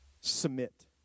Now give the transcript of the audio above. Submit